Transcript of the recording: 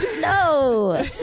no